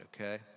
okay